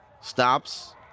stops